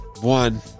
one